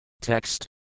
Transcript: Text